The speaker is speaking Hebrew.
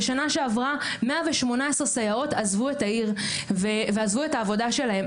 בשנה שעברה כ- 118 סייעות עזבו את העיר ועזבו את העבודה שלהן.